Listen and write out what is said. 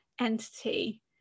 entity